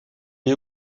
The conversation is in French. est